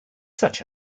such